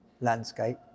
landscape